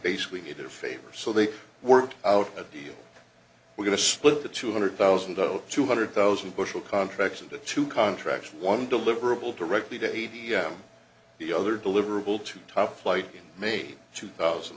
basically needed a favor so they worked out a deal we're going to split the two hundred thousand those two hundred thousand bushel contracts into two contracts one deliverable directly to a d m the other deliverable to top flight in may two thousand